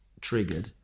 triggered